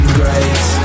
grace